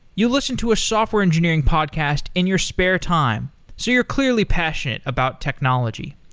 you listen to a software engineering podcast in your spare time, so you're clearly passionate about technology.